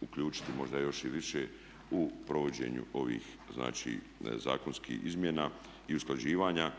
uključiti možda još i više u provođenju ovih, znači zakonskih izmjena i usklađivanja.